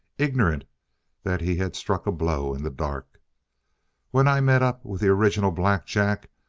ignorant that he had struck a blow in the dark when i met up with the original black jack,